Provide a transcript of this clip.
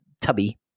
tubby